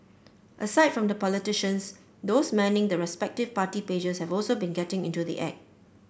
aside from the politicians those manning the respective party pages have also been getting into the act